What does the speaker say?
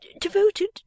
devoted